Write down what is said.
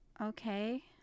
Okay